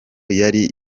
yari